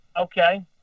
Okay